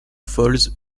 falls